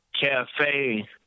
cafe